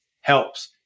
helps